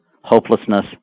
hopelessness